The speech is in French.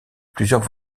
plusieurs